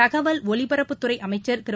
தகவல் ஒலிபரப்புத்துறைஅமைச்ன் திரு